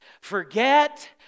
forget